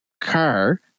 car